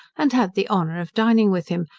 and had the honour of dining with him,